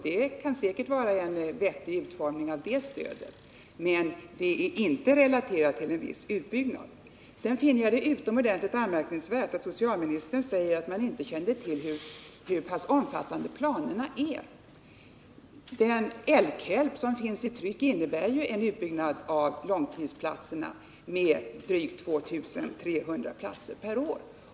Det kan säkert vara en vettig utformning av det stödet, men det är inte relaterat till en viss utbyggnad. Jag finner det utomordentligt anmärkningsvärt att socialministern säger att man inte kände till hur pass omfattande planerna är. Den LKELP som finns i tryck innebär ju en utbyggnad av långtidsplatserna med drygt 2 300 platser per år.